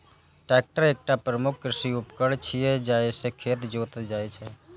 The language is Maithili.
ट्रैक्टर एकटा प्रमुख कृषि उपकरण छियै, जइसे खेत जोतल जाइ छै